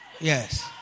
Yes